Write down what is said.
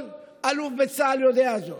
כל אלוף בצה"ל יודע זאת.